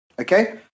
Okay